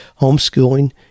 homeschooling